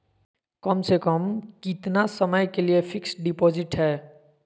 कम से कम कितना समय के लिए फिक्स डिपोजिट है?